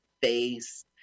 face